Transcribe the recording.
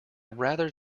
rather